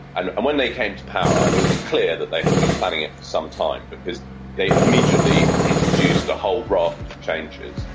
and and when they came to power it was clear that they had been planning it for some time because they immediately introduced a whole raft of changes.